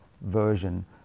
version